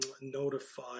notify